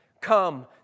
come